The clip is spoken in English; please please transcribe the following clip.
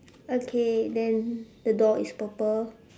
okay then the door is purple